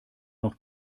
noch